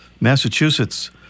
Massachusetts